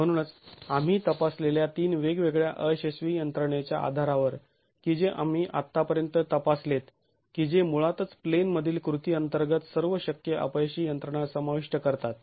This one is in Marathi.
म्हणूनच आम्ही तपासलेल्या तीन वेगवेगळ्या अयशस्वी यंत्रणेच्या आधारावर की जे आम्ही आत्तापर्यंत तपासलेत की जे मुळातच प्लेन मधील कृती अंतर्गत सर्व शक्य अपयशी यंत्रणा समाविष्ट करतात